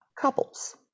couples